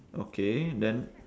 okay then